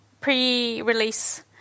pre-release